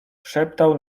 szeptał